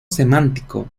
semántico